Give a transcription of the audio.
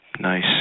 Nice